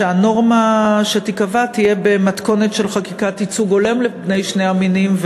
שהנורמה שתיקבע תהיה במתכונת של חקיקת ייצוג הולם לבני שני המינים,